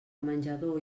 menjador